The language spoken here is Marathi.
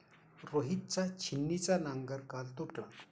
रोहितचा छिन्नीचा नांगर काल तुटला